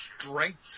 strength